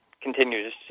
continues